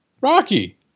Rocky